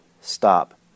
stop